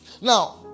Now